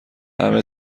همه